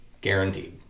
Guaranteed